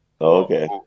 Okay